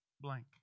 blank